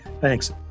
thanks